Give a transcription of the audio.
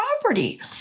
property